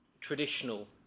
traditional